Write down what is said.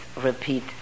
repeat